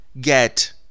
get